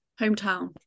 hometown